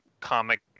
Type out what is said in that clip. comic